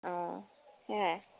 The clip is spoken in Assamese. অঁ সেয়াই